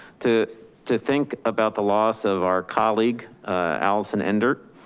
to to think about the loss of our colleague allison endert,